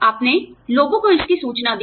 आपने लोगों को इसकी सूचना दी